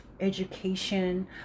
education